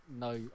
no